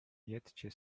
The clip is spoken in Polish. jedzcie